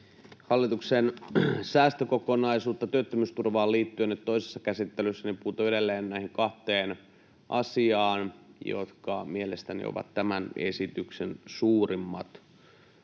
hallituksen säästökokonaisuutta työttömyysturvaan liittyen toisessa käsittelyssä, niin puutun edelleen näihin kahteen asiaan, jotka mielestäni ovat tämän esityksen suurimmat